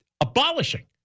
Abolishing